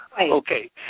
Okay